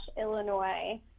illinois